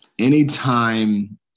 Anytime